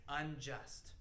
unjust